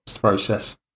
process